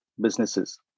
businesses